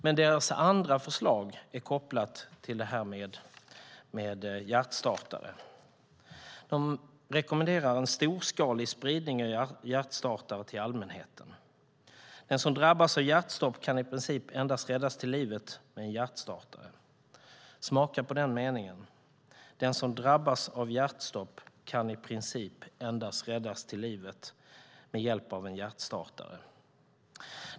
Experternas andra förslag är kopplat till hjärtstartare. De rekommenderar en storskalig spridning av hjärtstartare till allmänheten. Den som drabbas av hjärtstopp kan i princip endast räddas till livet med hjälp av en hjärtstartare. Smaka på den meningen!